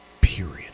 period